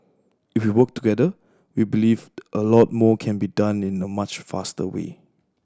if we work together we believed a lot more can be done in a much faster way